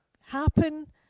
happen